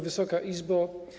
Wysoka Izbo!